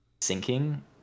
sinking